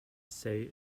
say